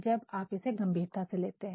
जब आप इसे गंभीरता से लेते हैं